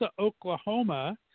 Oklahoma